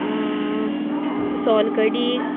सोलकडी